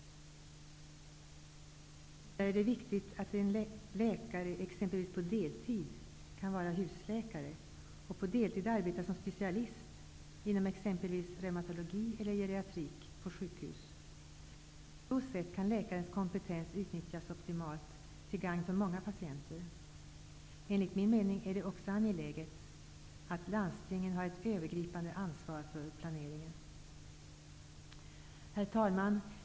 Vidare är det viktigt att en läkare exempelvis på deltid kan vara husläkare samt också på deltid arbeta på sjukhus som specialist inom t.ex. reumatologi eller geriat rik. På så sätt kan läkarens kompetens utnyttjas optimalt till gagn för många patienter. Enligt min mening är det också angeläget att landstingen har ett övergripande ansvar för planeringen.